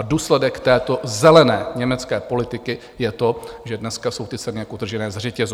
Důsledek této zelené německé politiky je to, že dneska jsou ty ceny jak utržené ze řetězu.